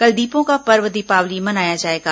कल दीपों का पर्व दीपावली मनाया जाएगा